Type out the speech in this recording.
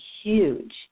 huge